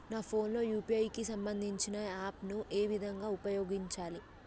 నా ఫోన్ లో యూ.పీ.ఐ కి సంబందించిన యాప్ ను ఏ విధంగా ఉపయోగించాలి?